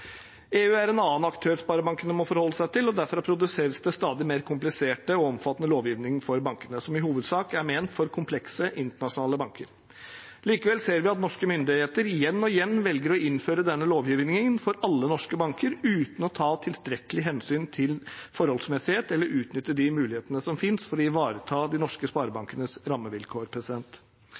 EU er en annen aktør sparebankene må forholde seg til, og derfra produseres det stadig mer komplisert og omfattende lovgivning for banker, som i hovedsak er ment for komplekse, internasjonale banker. Likevel ser vi at norske myndigheter igjen og igjen velger å innføre denne lovgivningen for alle norske banker, uten å ta tilstrekkelig hensyn til forholdsmessighet eller utnytte de mulighetene som finnes for å ivareta de norske sparebankenes rammevilkår.